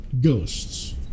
Ghosts